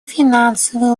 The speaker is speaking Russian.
финансовый